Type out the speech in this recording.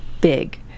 big